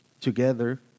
together